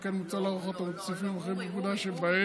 אדוני, בבקשה.